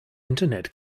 internet